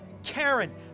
karen